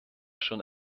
schon